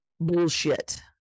bullshit